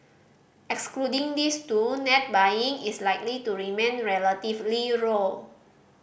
excluding these two net buying is likely to remain relatively low